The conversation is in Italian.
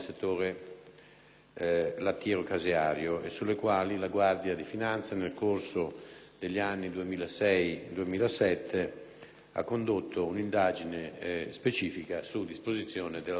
lattiero-caseario e sulle quali la Guardia di finanza, nel corso degli anni 2006-2007, ha condotto una indagine specifica su disposizione dell'autorità